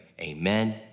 amen